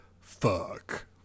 fuck